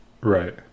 right